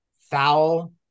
foul